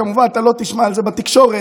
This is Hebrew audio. כמובן שלא תשמע את זה בתקשורת,